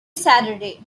saturday